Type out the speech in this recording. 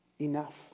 enough